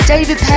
David